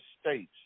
states